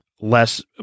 less